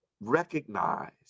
recognize